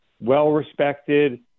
well-respected